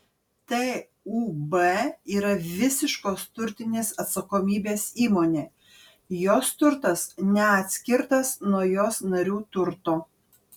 tūb yra visiškos turtinės atsakomybės įmonė jos turtas neatskirtas nuo jos narių turto